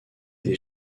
des